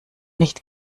nicht